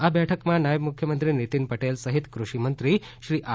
આ બેઠકમાં નાયબ મુખ્યમંત્રી નીતિન પટેલ સહીત કૃષિ મંત્રી શ્રી આર